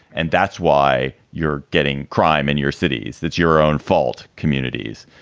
and that's why you're getting crime in your cities. that's your own fault communities.